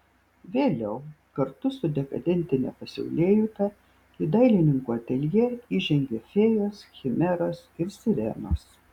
vėliau kartu su dekadentine pasaulėjauta į dailininkų ateljė įžengė fėjos chimeros ir sirenos